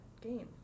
game